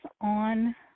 on